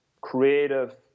creative